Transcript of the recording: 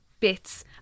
bits